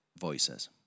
voices